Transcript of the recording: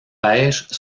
pêche